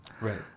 Right